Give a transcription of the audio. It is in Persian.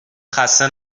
خسته